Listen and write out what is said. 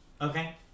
Okay